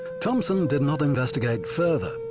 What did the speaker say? thompson did not investigate further,